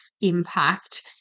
impact